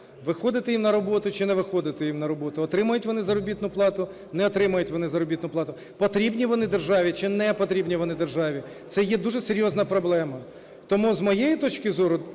виходити їм на роботу чи не виходити їм на роботу, отримають вони заробітну плату, не отримають вони заробітну плату, потрібні вони державі чи непотрібні вони державі, - це є дуже серйозна проблема. Тому, з моєї точки зору,